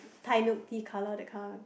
Thai milk tea colour that kind of